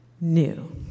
new